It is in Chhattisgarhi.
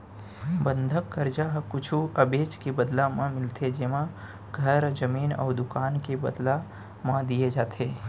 बंधक करजा ह कुछु अबेज के बदला म मिलथे जेमा घर, जमीन अउ दुकान के बदला म दिये जाथे